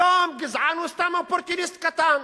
היום גזען הוא סתם אופורטוניסט קטן.